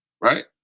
right